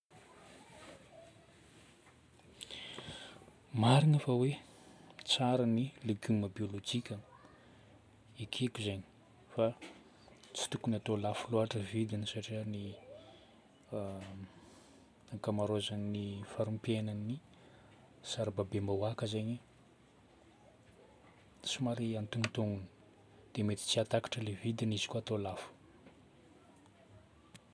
Marigna fa hoe tsara ny legioma biôlôjika. Ekeko zagny fa tsy tokony hatao lafo loatra vidiny satria ny ankamarozon'ny fari-piainan'ny sarambabem-bahoaka zegny somary antonontonony dia mety tsy hahatakatra ilay vidiny izy koa atao lafo.